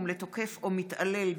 מיכאל מלכיאלי,